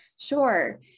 Sure